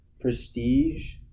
prestige